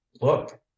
look